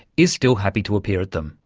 is still happy to appear at them,